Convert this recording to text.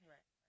Right